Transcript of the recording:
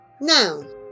Noun